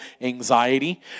anxiety